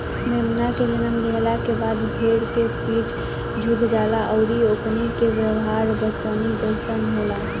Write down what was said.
मेमना के जनम देहला के बाद भेड़ के पीठ झुक जाला अउरी ओकनी के व्यवहार बेचैनी जइसन होला